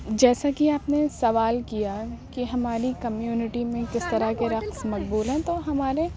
جیسا کہ آپ نے سوال کیا کہ ہماری کمیونٹی میں کس طرح کے رقص مقبول ہیں تو ہمارے